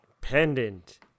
pendant